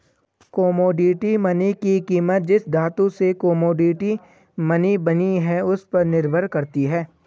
commodity money की कीमत जिस धातु से कोमोडिटी मनी बनी है उस पर निर्भर करती है